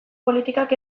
politikak